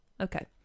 Okay